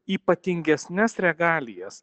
ypatingesnes regalijas